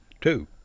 Two